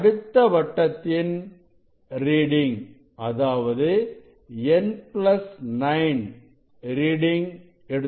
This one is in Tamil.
அடுத்த வட்டத்தின் ரீடிங் அதாவது n 9 ரீடிங் எடுத்துக்கொள்வோம்